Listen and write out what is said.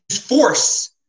force